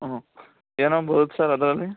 ಹ್ಞೂ ಏನೇನ್ ಬರುತ್ತೆ ಸರ್ ಅದರಲಿ